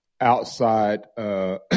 outside